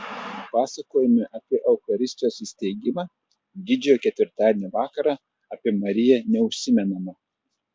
pasakojime apie eucharistijos įsteigimą didžiojo ketvirtadienio vakarą apie mariją neužsimenama